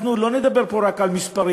אנחנו לא נדבר פה רק על מספרים,